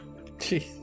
Jeez